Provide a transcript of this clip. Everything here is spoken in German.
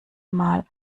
mal